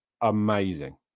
amazing